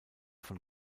von